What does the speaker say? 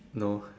no